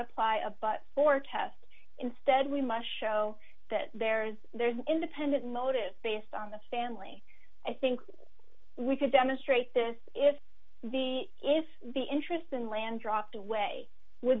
apply a but for test instead we must show that there is there's an independent motive based on the family i think we could demonstrate this if the if the interest in land dropped away with